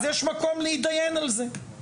אז יש מקום להתדיין על זה,